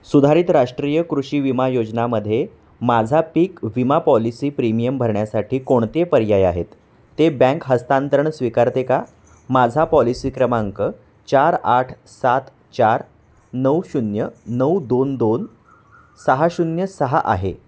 सुधारित राष्ट्रीय कृषी विमा योजनामध्ये माझा पिक विमा पॉलिसी प्रीमियम भरण्यासाठी कोणते पर्याय आहेत ते बँक हस्तांतरण स्वीकारते का माझा पॉलिसी क्रमांक चार आठ सात चार नऊ शून्य नऊ दोन दोन सहा शून्य सहा आहे